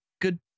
good